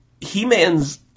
He-Man's